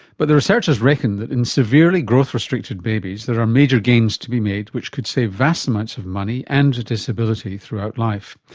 but the researchers reckon that in severely growth restricted babies there are major gains to be made which could save vast amounts of money and disability throughout life.